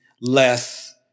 less